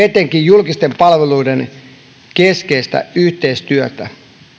etenkin julkisten palveluiden keskinäistä yhteistyötä